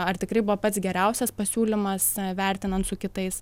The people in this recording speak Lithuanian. ar tikrai buvo pats geriausias pasiūlymas vertinant su kitais